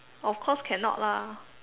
of course cannot lah